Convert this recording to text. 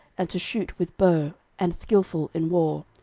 and to shoot with bow, and skilful in war,